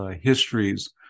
histories